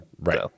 Right